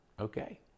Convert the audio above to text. Okay